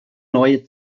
neue